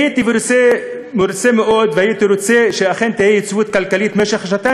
אני הייתי מרוצה מאוד והייתי רוצה שאכן תהיה יציבות כלכלית במשך שנתיים,